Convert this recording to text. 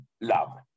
love